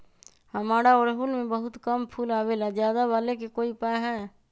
हमारा ओरहुल में बहुत कम फूल आवेला ज्यादा वाले के कोइ उपाय हैं?